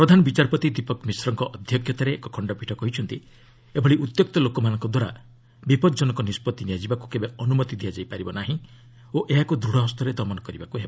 ପ୍ରଧାନ ବିଚାରପତି ଦୀପକ୍ ମିଶ୍ରଙ୍କ ଅଧ୍ୟକ୍ଷତାରେ ଏକ ଖଣ୍ଡପୀଠ କହିଛନ୍ତି ଏଭଳି ଉତ୍ତ୍ୟକ୍ତ ଲୋକମାନଙ୍କଦ୍ୱାରା ବିପଜନକ ନିଷ୍କଭି ନିଆଯିବାକୁ କେବେ ଅନୁମତି ଦିଆଯାଇପାରିବ ନାହିଁ ଓ ଏହାକୁ ଦୃଢ଼ହସ୍ତରେ ଦମନ କରିବାକୁ ହେବ